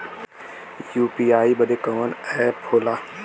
UPI बदे कवन app होला?